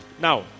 Now